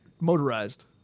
motorized